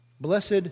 Blessed